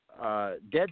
dead